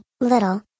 little